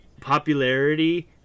popularity